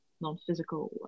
non-physical